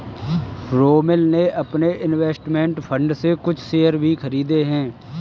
रोमिल ने अपने investment fund से कुछ शेयर भी खरीदे है